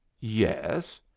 yes.